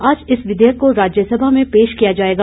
आज इस विधेयक को राज्यसभा में पेश किया जाएगा